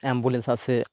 ambulance আছে